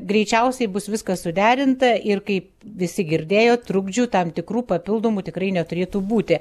greičiausiai bus viskas suderinta ir kai visi girdėjo trukdžių tam tikrų papildomų tikrai neturėtų būti